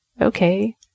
Okay